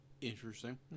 interesting